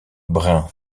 brun